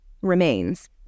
remains